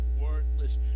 wordless